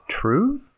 True